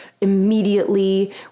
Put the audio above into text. immediately